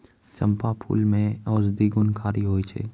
चंपा फूल मे औषधि गुणकारी होय छै